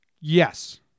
Yes